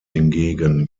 hingegen